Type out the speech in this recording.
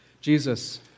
Jesus